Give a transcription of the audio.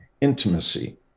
intimacy